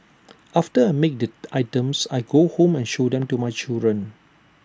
after I make the items I go home and show them to my children